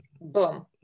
boom